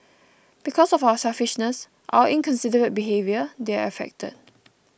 because of our selfishness our inconsiderate behaviour they're affected